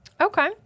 Okay